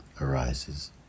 arises